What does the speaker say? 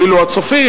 ואילו הצופים,